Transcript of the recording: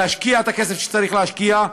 להשקיע את הכסף שצריך להשקיע,